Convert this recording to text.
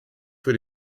für